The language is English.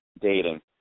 dating